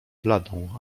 bladą